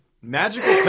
Magical